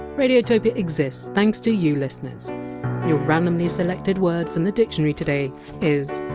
radiotopia exists thanks to you listeners. your randomly selected word from the dictionary today is!